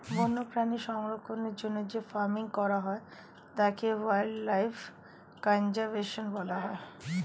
বন্যপ্রাণী সংরক্ষণের জন্য যে ফার্মিং করা হয় তাকে ওয়াইল্ড লাইফ কনজার্ভেশন বলা হয়